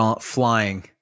flying